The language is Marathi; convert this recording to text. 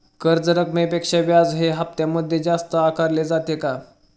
कर्ज रकमेपेक्षा व्याज हे हप्त्यामध्ये जास्त का आकारले आहे?